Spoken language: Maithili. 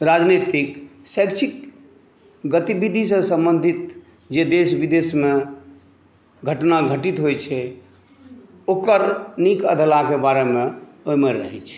राजनैतिक शैक्षिक गतिबिधि से सम्बन्धित जे देश बिदेशमे घटना घटित होइ छै ओकर नीक अधलाके बारेमे ओहिमे रहै छै